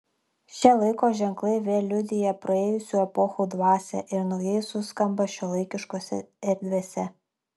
šie laiko ženklai vėl liudija praėjusių epochų dvasią ir naujai suskamba šiuolaikiškose erdvėse